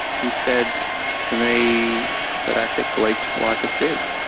he said to me that asic leaked like a sieve.